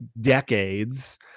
decades